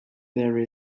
there